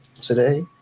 today